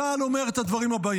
צה"ל אומר את הדברים האלה: